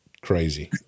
crazy